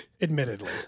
Admittedly